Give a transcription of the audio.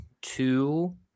two